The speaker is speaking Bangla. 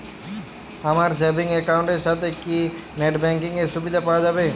আমার সেভিংস একাউন্ট এর সাথে কি নেটব্যাঙ্কিং এর সুবিধা পাওয়া যাবে?